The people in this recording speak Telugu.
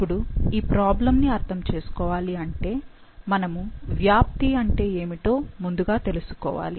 ఇప్పుడు ఈ ప్రాబ్లమ్ ని అర్థము చేసుకోవాలి అంటే మనము వ్యాప్తి అంటే ఏమిటో ముందుగా తెలుసుకోవాలి